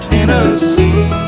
Tennessee